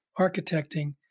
architecting